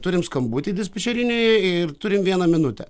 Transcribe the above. turim skambutį dispečerinėje ir turim vieną minutę